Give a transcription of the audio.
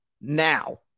Now